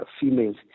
females